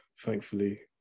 thankfully